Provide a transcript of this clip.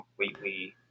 completely